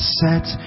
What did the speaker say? set